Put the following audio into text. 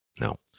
Now